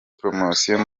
promotion